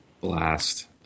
blast